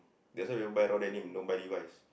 that's why don't buy raw denim don't buy Levi's